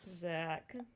Zach